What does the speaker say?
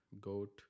goat